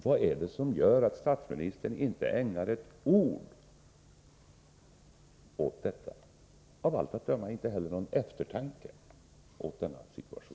Vad är det som gör att statsministern inte ägnar ett ord och av allt att döma inte heller någon eftertanke åt denna situation?